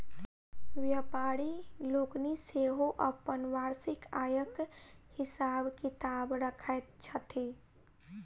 व्यापारि लोकनि सेहो अपन वार्षिक आयक हिसाब किताब रखैत छथि